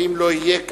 ואם הוא לא יהיה כאן,